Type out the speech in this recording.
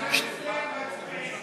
12, מצביעים.